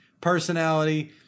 personality